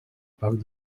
parc